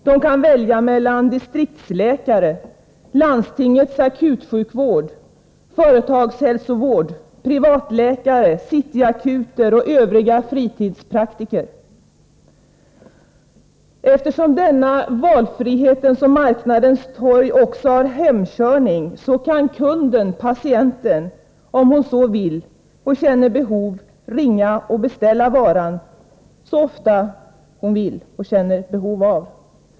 De kan välja mellan distriktsläkare, landstingets akutsjukvård, företagshälsovård, privatläkare, City Akuten och övriga fritidspraktiker. Eftersom detta valfrihetens och marknadens torg också har hemkörning, kan kunden/patienten om hon så vill och känner behov ringa och beställa varan så ofta hon vill.